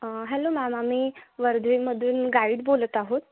hello ma'am आम्ही वर्धेमधून guide बोलत आहोत